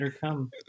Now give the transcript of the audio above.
come